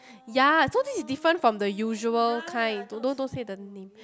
yea so this is different from the usual kind don't don't don't say the name